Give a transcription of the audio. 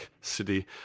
city